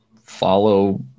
follow